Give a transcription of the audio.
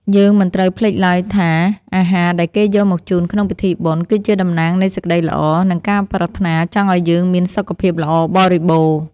យើងមិនត្រូវភ្លេចឡើយថា អាហារដែលគេយកមកជូនក្នុងពិធីបុណ្យ គឺជាតំណាងនៃសេចក្តីល្អ និងការប្រាថ្នាចង់ឱ្យយើងមានសុខភាពល្អបរិបូរណ៍។